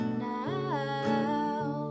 now